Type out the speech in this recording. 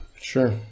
Sure